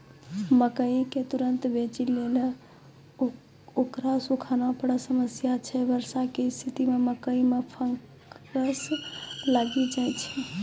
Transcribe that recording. मकई के तुरन्त बेचे लेली उकरा सुखाना बड़ा समस्या छैय वर्षा के स्तिथि मे मकई मे फंगस लागि जाय छैय?